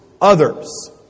others